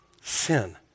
Sin